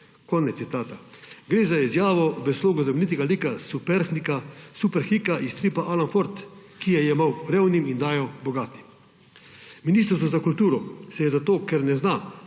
Konec citata. Gre za izjavo v slogu znamenitega lika Superhika iz stripa Alan Ford, ki je jemal revnim in dajal bogatim. Ministrstvo za kulturo se je zato, ker ne zna